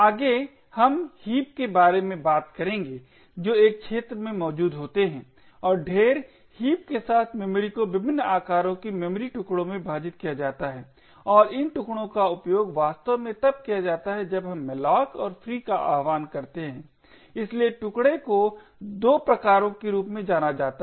आगे हम हीप के बारे में बात करेंगे जो एक क्षेत्र में मौजूद होते हैं और ढेर हीप के साथ मेमोरी को विभिन्न आकारों की मेमोरी टुकड़ों में विभाजित किया जाता है और इन टुकड़ों का उपयोग वास्तव में तब किया जाता है जब हम malloc और free का आह्वान करते हैं इसलिए टुकडे को 2 प्रकारों के रूप में जाना जाता है